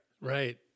right